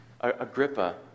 Agrippa